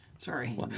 Sorry